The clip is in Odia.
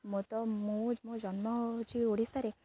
ମ ତ ମୁଁ ମୋ ଜନ୍ମ ହେଉଛି ଓଡ଼ିଶାରେ